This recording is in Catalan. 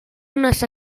unes